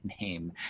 name